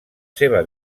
seva